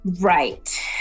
right